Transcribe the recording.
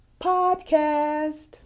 podcast